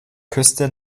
küste